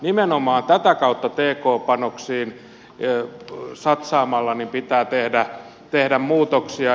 nimenomaan tätä kautta t k panoksiin satsaamalla pitää tehdä muutoksia